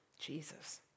Jesus